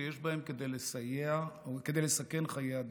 שיש בהם כדי לסכן חיי אדם.